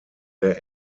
der